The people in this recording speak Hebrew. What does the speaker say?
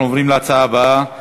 אנחנו עוברים להצעות הבאות